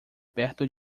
perto